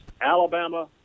Alabama